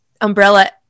umbrella